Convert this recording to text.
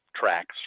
tracks